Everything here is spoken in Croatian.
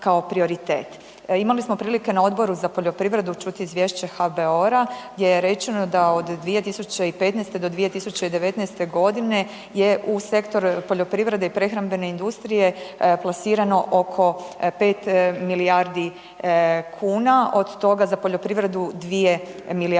Imali smo prilike na Odboru na poljoprivredu čuti izvješće HBOR-a gdje je rečeno da od 2015. do 2019. g. je u sektor poljoprivrede i prehrambene industrije plasirano oko 5 milijardi kuna, od toga za poljoprivredu 2 milijarde kuna.